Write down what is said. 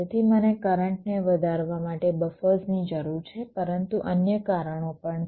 તેથી મને કરંટને વધારવા માટે બફર્સની જરૂર છે પરંતુ અન્ય કારણો પણ છે